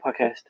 podcast